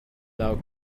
thou